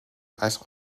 als